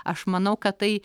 aš manau kad tai